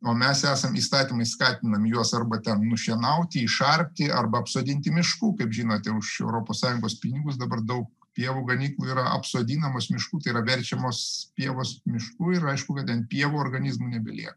o mes esam įstatymais skatinami juos arba ten nušienauti išarti arba apsodinti mišku kaip žinote už europos sąjungos pinigus dabar daug pievų ganyklų yra apsodinamos mišku tai yra verčiamos pievos mišku ir aišku kad ant pievų organizmų nebelieka